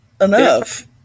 enough